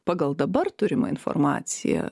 pagal dabar turimą informaciją